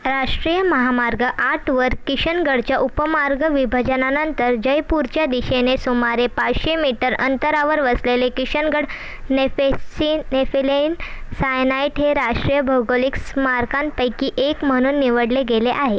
राष्ट्रीय महामार्ग आठवर किशनगडच्या उपमार्ग विभाजनानंतर जयपूरच्या दिशेने सुमारे पाचशे मीटर अंतरावर वसलेले किशनगड नेफेसिन नेफेलिन सायनाईट हे राष्ट्रीय भौगोलिक स्मारकांपैकी एक म्हणून निवडले गेले आहे